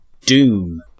Doom